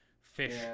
fish